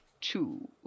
two